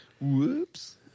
Whoops